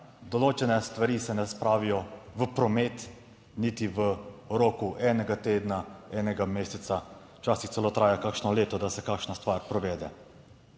določene stvari se ne spravijo v promet niti v roku enega tedna, enega meseca, včasih celo traja kakšno leto, da se kakšna stvar prevede.